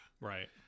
Right